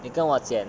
你跟我剪